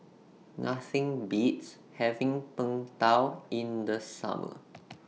Nothing Beats having Png Tao in The Summer